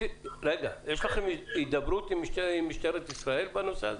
האם יש לכם הידברות עם משטרת ישראל בנושא הזה?